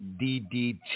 DDT